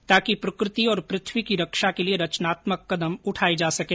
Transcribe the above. ताकि प्रक्रति और पृथ्वी की रक्षा के लिए रचात्मक कदम उठाए जा सकें